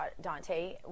Dante